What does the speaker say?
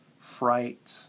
fright